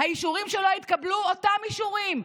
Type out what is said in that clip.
האישורים שלא התקבלו אותם אישורים.